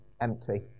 empty